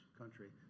country